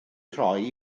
rhoi